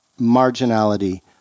marginality